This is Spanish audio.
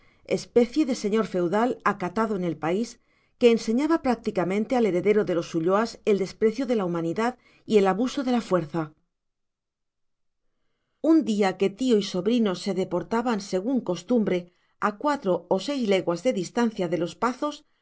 especie de señor feudal acatado en el país que enseñaba prácticamente al heredero de los ulloas el desprecio de la humanidad y el abuso de la fuerza un día que tío y sobrino se deportaban según costumbre a cuatro o seis leguas de distancia de los pazos